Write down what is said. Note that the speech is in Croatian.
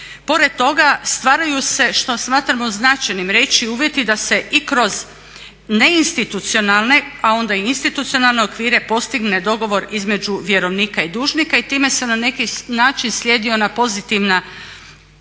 Pored toga stvaraju se, što smatramo značajnim reći uvjeti da se i kroz neinstitucionalne a onda i institucionalne okvire postigne dogovor između vjerovnika i dužnika i time se na neki način slijedi ona pozitivna,